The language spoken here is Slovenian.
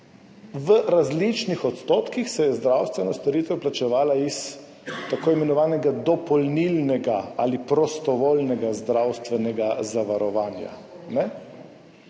v različnih odstotkih se je zdravstvena storitev plačevala iz tako imenovanega dopolnilnega ali prostovoljnega zdravstvenega zavarovanja.